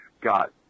got